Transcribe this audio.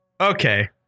Okay